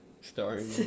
Starring